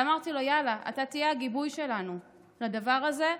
אמרתי לו: יאללה, אתה תהיה הגיבוי שלנו לדבר הזה.